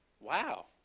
wow